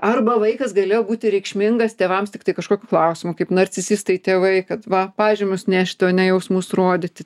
arba vaikas galėjo būti reikšmingas tėvams tiktai kažkokiu klausimu kaip narcisistiniai tėvai kad va pažymius nešti o ne jausmus rodyti